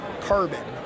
carbon